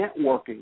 networking